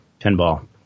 pinball